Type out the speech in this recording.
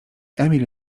emil